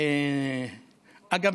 אגב,